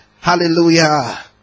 Hallelujah